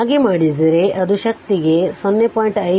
ಹಾಗೆ ಮಾಡಿದರೆ ಅದು ಶಕ್ತಿಗೆ 0